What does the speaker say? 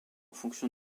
fonction